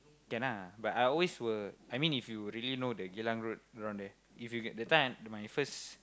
can ah but I always will I mean if you really know the Geylang Road around there if you get the time the my first